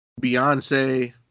Beyonce